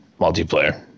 multiplayer